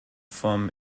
vom